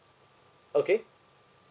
okay